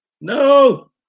no